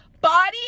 body